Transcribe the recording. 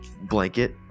blanket